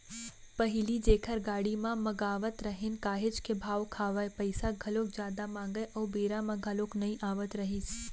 पहिली जेखर गाड़ी ल मगावत रहेन काहेच के भाव खावय, पइसा घलोक जादा मांगय अउ बेरा म घलोक नइ आवत रहिस